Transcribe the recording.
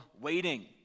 waiting